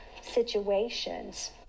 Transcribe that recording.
situations